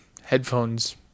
headphones